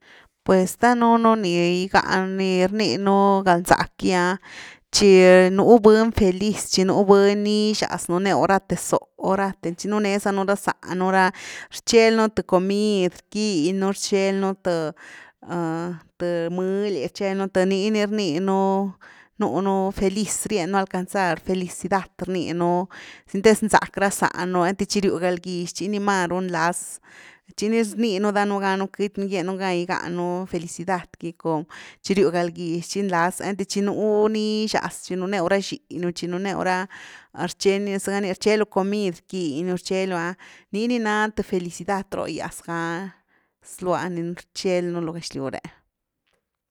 Pues danuunu ni gigá, ni rninu galzack gy’a tchi nu buny feliz, tchi nú buny nixaz nú new rathe zóh rathe, chi nu né zanu ra záh nú ra rchel nú th comid rquiny nú rcheld nú th–th mëly rcheld nú th, nii ni rninu núnu feliz rien nú alcanzar felicidad rniinu, sindez nzack ra záh nú qinty vhi ryw galgyx tchi ni máru nlaz, tchi ni rniinu danu ganu queity nú gien nú gan gigá nú felicidad qy com chi riw galgyx chi nlaz, qinty tchi ´nú nixaz tchi núnew ra xiñu tchi nú new ra, rchelu, zega nia rchelu comid rquiñu rchelu’a nii ni nath felicidad róhgyas ga zlua ni rchel nú lo gëxlyw re.